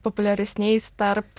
populiaresniais tarp